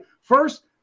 first